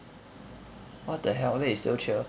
what the hell then he still cheer